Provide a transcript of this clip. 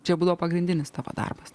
čia buvo pagrindinis tavo darbas